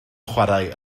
chwarae